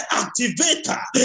activator